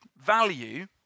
value